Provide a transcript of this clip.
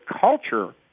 culture